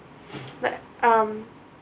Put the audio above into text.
like um